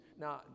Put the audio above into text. Now